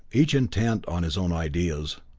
each intent on his own ideas.